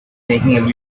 making